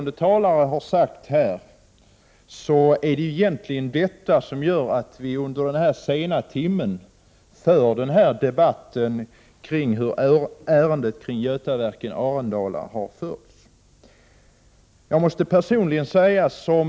Det är egentligen detta som gör att vi under denna sena timme för denna debatt om hur handläggningen av Götaverken Arendals problem har skötts, precis som föregående talare har sagt.